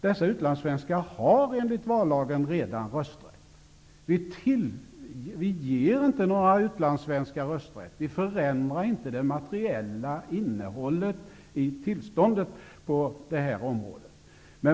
Dessa utlandssvenskar har enligt vallagen redan rösträtt. Vi ger inte några utlandssvenskar rösträtt, och vi förändrar inte det materiella innehållet i tillståndet på detta område.